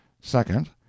Second